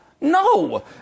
No